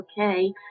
okay